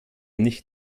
nicht